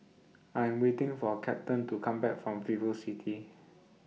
I Am waiting For Captain to Come Back from Vivocity